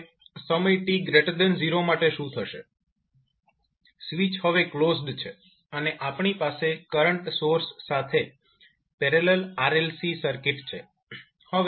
હવે સમય t0 માટે શું થશે સ્વીચ હવે ક્લોઝડ છે અને આપણી પાસે કરંટ સોર્સ સાથે પેરેલલ RLC સર્કિટ છે